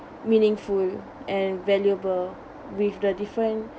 meaningful and valuable with the different